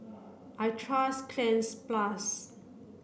I trust Cleanz plus